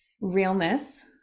realness